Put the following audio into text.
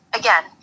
again